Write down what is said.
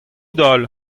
daol